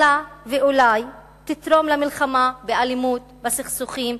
אלא, ואולי, תתרום למלחמה באלימות, בסכסוכים,